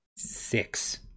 Six